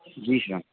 جی سر